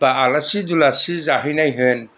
बा आलासि दुमसि जाहैनाय होन